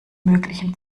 möglichen